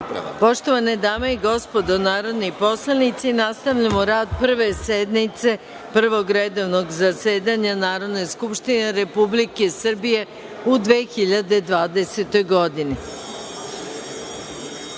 Poštovane dame i gospodo narodni poslanici, nastavljamo rad Prve sednice Prvog redovnog zasedanja Narodne skupštine Republike Srbije u 2020. godini. Na